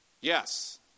Yes